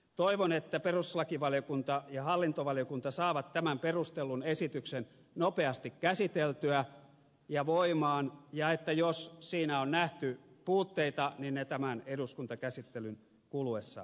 toivon että perustuslakivaliokunta ja hallintovaliokunta saavat tämän perustellun esityksen nopeasti käsiteltyä ja voimaan ja jos siinä on nähty puutteita ne tämän eduskuntakäsittelyn kuluessa korjataan